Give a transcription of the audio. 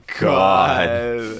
God